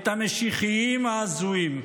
את "המשיחיים ההזויים".